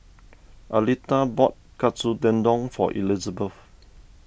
Aleta bought Katsu Tendon for Elizbeth